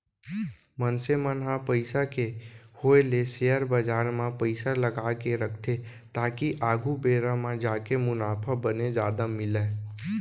मनसे मन ह पइसा के होय ले सेयर बजार म पइसा लगाके रखथे ताकि आघु बेरा म जाके मुनाफा बने जादा मिलय